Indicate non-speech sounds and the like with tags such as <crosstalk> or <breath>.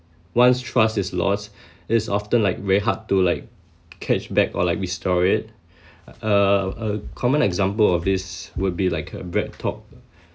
once trust is lost <breath> it's often like very hard to like catch back or like restore it <breath> a a common example of this would be like a Breadtalk